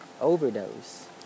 overdose